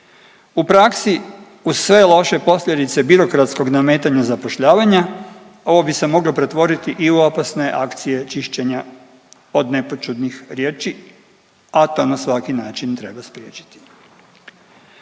U praksi uz sve loše posljedice birokratskog nametanja zapošljavanja ovo bi se moglo pretvoriti i u opasne akcije čišćenja od nepoćudnih riječi, a to na svaki način treba spriječiti